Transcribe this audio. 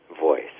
voice